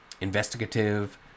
investigative